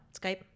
Skype